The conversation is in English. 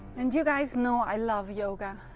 and you guys know i love yoga,